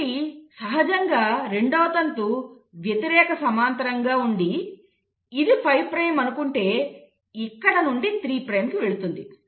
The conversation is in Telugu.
కాబట్టి సహజంగా రెండవ తంతు వ్యతిరేక సమాంతరంగా ఉండి ఇది 5 ప్రైమ్ అనుకుంటే ఇక్కడ నుండి 3 ప్రైమ్ కు వెళుతుంది